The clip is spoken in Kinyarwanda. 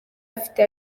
afite